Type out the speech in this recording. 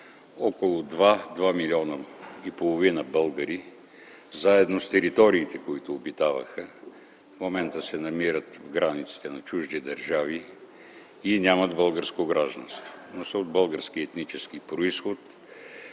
Около 2 – 2,5 милиона българи, заедно с териториите, които обитаваха, в момента се намират в границите на чужди държави и нямат българско гражданство, но са от български етнически произход,